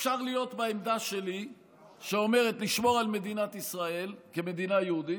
אפשר להיות בעמדה שלי שאומרת לשמור על מדינת ישראל כמדינה יהודית,